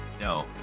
No